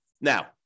Now